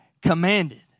commanded